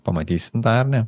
pamatysim tą ar ne